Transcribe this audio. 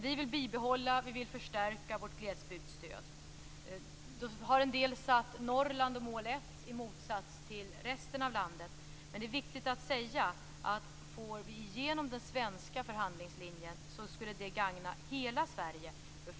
Vi vill bibehålla och förstärka vårt glesbygdsstöd. En del har satt Norrland och mål 1 i motsats till resten av landet. Men det är viktigt att säga att får vi igenom den svenska förhandlingslinjen skulle det gagna hela Sverige.